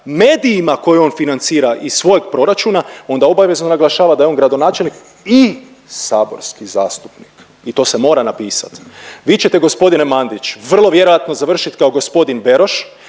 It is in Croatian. medijima koje on financira iz svojeg proračuna, onda obavezno naglašava da je on gradonačelnik i saborski zastupnik i to se mora napisat. Vi ćete g. Mandić vrlo vjerojatno završit kao g. Beroš